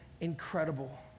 incredible